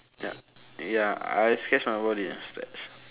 ya ya I stretch my body stretch